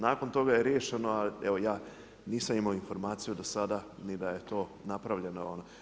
Nakon toga je riješeno, a evo ja nisam imao informaciju do sada ni da je to napravljeno.